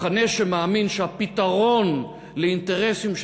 מחנה שמאמין שהפתרון למען האינטרסים של